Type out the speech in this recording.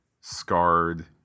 scarred